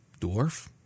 dwarf